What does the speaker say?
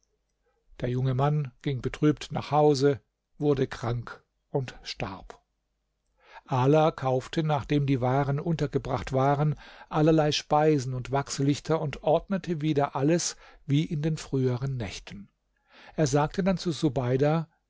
der junge mann ging betrübt nach hause wurde krank und starb ala kaufte nachdem die waren untergebracht waren allerlei speisen und wachslichter und ordnete wieder alles wie in den früheren nächten er sagte dann zu